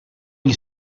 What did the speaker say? gli